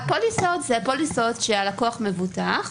הפוליסות זה הפוליסות שהלקוח מבוטח,